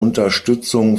unterstützung